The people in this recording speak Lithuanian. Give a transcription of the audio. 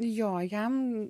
jo jam